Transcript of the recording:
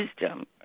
wisdom